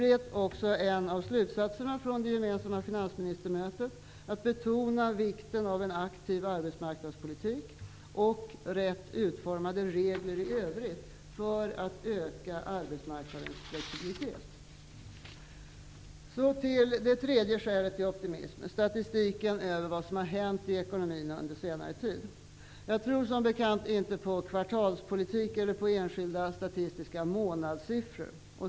En av slutsatserna från det gemensamma finansministermötet blev också att betona vikten av en aktiv arbetsmarknadspolitik och rätt utformade regler i övrigt för att öka arbetsmarknadens flexibilitet. Så till det tredje skälet till optimism, nämligen statistiken över vad som har hänt i ekonomin under senare tid. Jag tror som bekant inte på kvartalspolitik eller på enskilda statistiska månadssiffror.